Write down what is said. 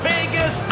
Vegas